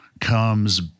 comes